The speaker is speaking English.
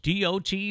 DOT